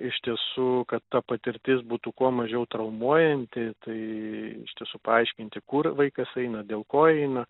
iš tiesų kad ta patirtis būtų kuo mažiau traumuojanti tai iš tiesų paaiškinti kur vaikas eina dėl ko eina